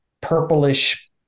purplish